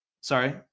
Sorry